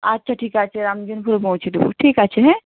আচ্ছা ঠিক আছে রামজীবনপুরে পৌঁছে দেবো ঠিক আছে হ্যাঁ